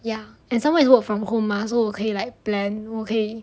ya and some more is work from home mah 我可以 like plan 我可以